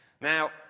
Now